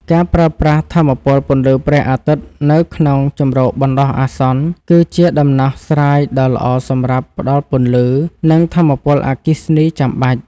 ការប្រើប្រាស់ថាមពលពន្លឺព្រះអាទិត្យនៅក្នុងជម្រកបណ្តោះអាសន្ន គឺជាដំណោះស្រាយដ៏ល្អសម្រាប់ផ្តល់ពន្លឺ និងថាមពលអគ្គិសនីចាំបាច់។